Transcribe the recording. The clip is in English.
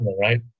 right